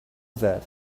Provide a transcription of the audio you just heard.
that